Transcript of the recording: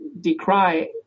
decry